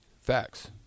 Facts